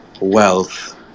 wealth